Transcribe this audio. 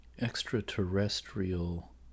extraterrestrial